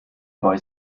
boy